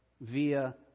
via